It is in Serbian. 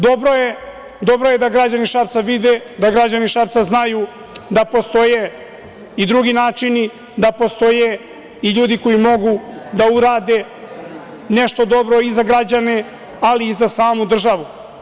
Dobro je da građani Šapca vide, da građani Šapca znaju da postoje i drugi načini, da postoje i ljudi koji mogu da urade nešto dobro i za građane, ali i za samu državu.